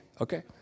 okay